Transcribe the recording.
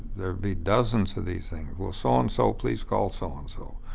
there'd be dozens of these and will so and so please call so and so?